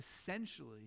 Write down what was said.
essentially